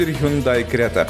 ir hyundai kreta